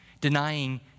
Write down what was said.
denying